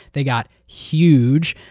they got huge,